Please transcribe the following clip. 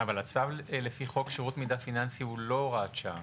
אבל הצו לפי חוק שירות מידע פיננסי הוא לא הוראת שעה.